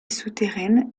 souterraine